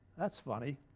that's funny.